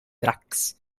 trucks